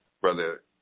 brother